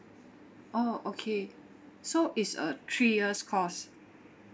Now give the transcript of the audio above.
orh okay so is a three years course